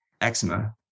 eczema